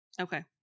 Okay